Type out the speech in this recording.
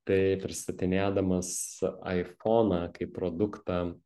tai pristatinėdamas aifoną kaip produktą